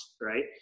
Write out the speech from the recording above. right